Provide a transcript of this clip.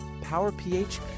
Power-PH